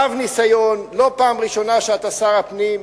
רב-ניסיון, זו לא הפעם הראשונה שאתה שר הפנים.